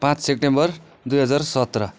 पाँच सेप्टेम्बर दुई हजार सत्र